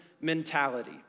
mentality